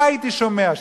מה הייתי שומע שם?